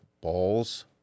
balls